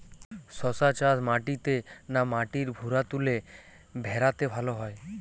শশা চাষ মাটিতে না মাটির ভুরাতুলে ভেরাতে ভালো হয়?